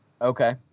Okay